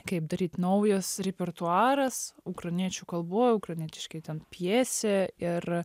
kaip daryt naujas repertuaras ukrainiečių kalboj ukrainietiškai ten pjesė ir